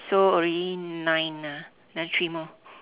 so already nine ah another three more